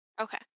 Okay